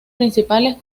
principales